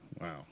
Wow